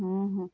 ହଁ ହଁ